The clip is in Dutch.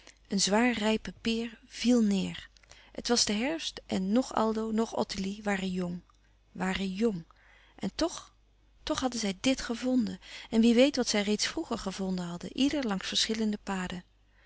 een zwaarrijpe peer vièl neêr het was de herfst en noch aldo noch ottilie waren jong waren jng en toch toch hadden zij dt gevonden en wie weet wat zij reeds vroeger gevonden hadden ieder langs verschillende paden